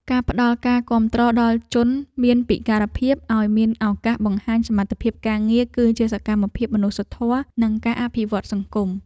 ការផ្តល់ការគាំទ្រដល់ជនមានពិការភាពឱ្យមានឱកាសបង្ហាញសមត្ថភាពការងារ គឺជាសកម្មភាពមនុស្សធម៌និងការអភិវឌ្ឍសង្គម។